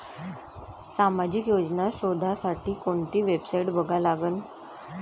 सामाजिक योजना शोधासाठी कोंती वेबसाईट बघा लागन?